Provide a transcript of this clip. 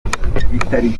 bitari